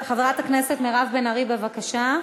חברת הכנסת מירב בן ארי, בבקשה.